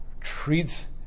treats